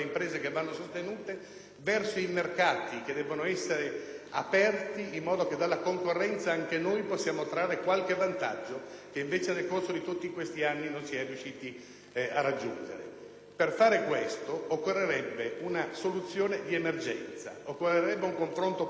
verso i mercati che debbono essere aperti, in modo che dalla concorrenza anche noi possiamo trarre qualche vantaggio che, invece, nel corso di questi anni non si è riusciti ad ottenere. Per fare questo occorrerebbe una soluzione di emergenza, un confronto politico di emergenza.